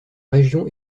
région